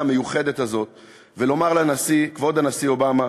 המיוחדת הזאת ולומר לנשיא: כבוד הנשיא אובמה,